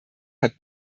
hat